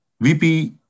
VP